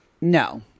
No